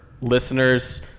listeners